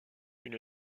une